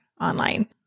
online